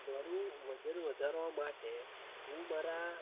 મારું વજન વધારવા માટે હું મારા